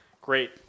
great